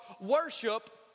Worship